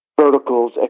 verticals